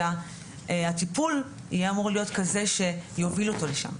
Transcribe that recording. אלא הטיפול יהיה אמור להיות כזה שיוביל אותו לשם.